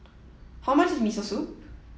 how much is Miso Soup